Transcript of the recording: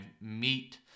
meet